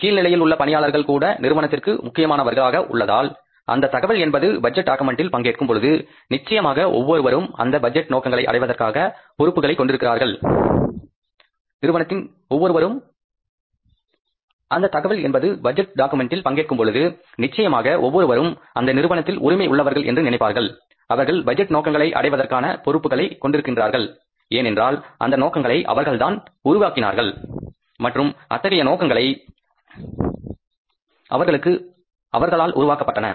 கீழ்நிலையில் உள்ள பணியாளர்கள் கூட நிறுவனத்திற்கு முக்கியமானவர்களாக உள்ளதால் அந்தத் தகவல் என்பது பட்ஜெட் டாகுமெண்ட்டில் பங்கேற்கும் பொழுது நிச்சயமாக ஒவ்வொருவரும் அந்த நிறுவனத்தில் உரிமை உள்ளவர்கள் என்று நினைப்பார்கள் அவர்கள் பட்ஜெட் நோக்கங்களை அடைவதற்கான பொறுப்புகளை கொண்டிருக்கிறார்கள் ஏனென்றால் அந்த நோக்கங்களை அவர்கள்தான் உருவாக்கினார்கள் மற்றும் அத்தகைய நோக்கங்கள் அவர்களுக்காக அவர்களால் உருவாக்கப்பட்டது